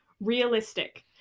realistic